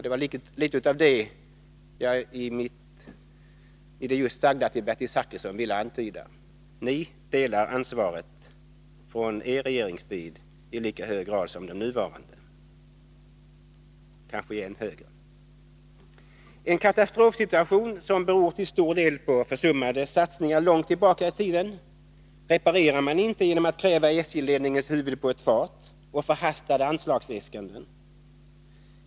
Det var litet av det jag i det just sagda till Bertil Zachrisson ville antyda. Ni delar ansvaret från er regeringstid i lika hög grad som den nuvarande regeringen, kanske i än högre grad. En katastrofsituation som till stor del beror på försummade satsningar långt tillbaka i tiden reparerar man inte genom att kräva SJ-ledningens huvud på ett fat och förhastande anslagsäskanden.